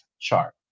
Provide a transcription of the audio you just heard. chart